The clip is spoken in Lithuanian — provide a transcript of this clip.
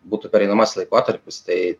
būtų pereinamas laikotarpis tai